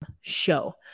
show